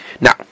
Now